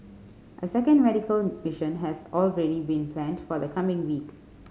a second medical mission has already been planned for the coming week